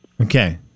Okay